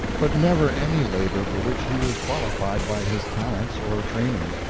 but never any labor for which he was qualified by his talents or training.